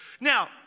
Now